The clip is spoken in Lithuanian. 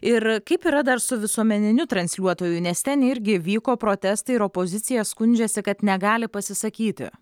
ir kaip yra dar su visuomeniniu transliuotoju nes ten irgi vyko protestai ir opozicija skundžiasi kad negali pasisakyti